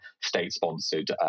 state-sponsored